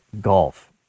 golf